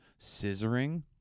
scissoring